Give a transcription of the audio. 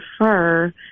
prefer